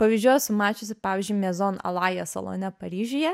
pavyzdžių esu mačiusi pavyzdžiui mėzon alaja salone paryžiuje